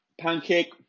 pancake